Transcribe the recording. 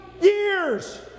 years